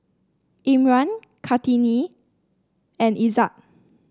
Imran Kartini and Izzat